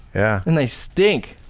yeah and they stink!